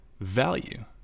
value